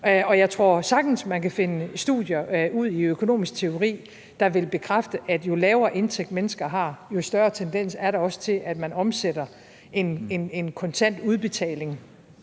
og jeg tror sagtens, man kan finde studier ud i økonomisk teori, der vil bekræfte, at jo lavere indtægt mennesker har, jo større tendens er der også til, at man omsætter en kontant udbetaling